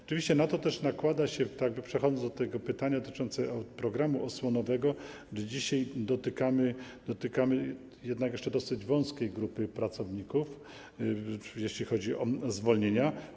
Oczywiście na to też nakłada się fakt taki, tu przechodzę do pytania dotyczącego programu osłonowego, że dzisiaj dotyczy to jednak jeszcze dosyć wąskiej grupy pracowników, jeśli chodzi o zwolnienia.